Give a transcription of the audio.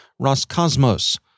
Roscosmos